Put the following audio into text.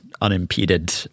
unimpeded